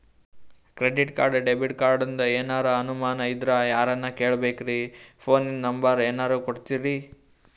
Credit card, debit ಕಾರ್ಡಿಂದ ಏನರ ಅನಮಾನ ಇದ್ರ ಯಾರನ್ ಕೇಳಬೇಕ್ರೀ, ಫೋನಿನ ನಂಬರ ಏನರ ಕೊಡ್ತೀರಿ?